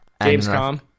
Gamescom